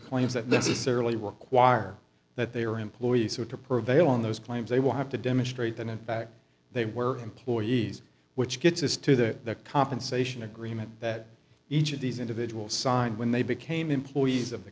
claims that necessarily require that they are employees or to prevail in those claims they will have to demonstrate that in fact they were employees which gets us to the compensation agreement that each of these individuals signed when they became employees of the